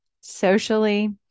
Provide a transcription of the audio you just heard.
socially